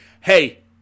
Hey